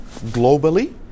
globally